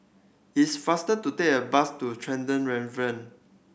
it's faster to take a bus to Tresor Tavern